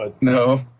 No